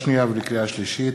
לקריאה שנייה ולקריאה שלישית,